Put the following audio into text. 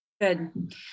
Good